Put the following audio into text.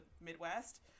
Midwest